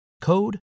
code